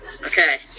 Okay